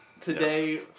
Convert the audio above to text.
Today